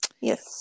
Yes